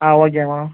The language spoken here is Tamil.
ah okay ma'am